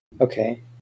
Okay